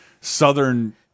Southern